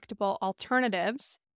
alternatives